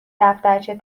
دفترچه